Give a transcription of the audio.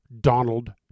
Donald